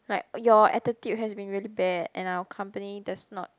like your attitude has been really bad and our company does not